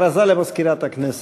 הכרזה למזכירת הכנסת.